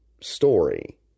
story